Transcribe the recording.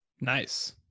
Nice